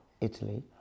Italy